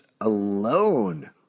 alone